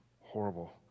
horrible